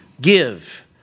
Give